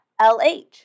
LH